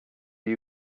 are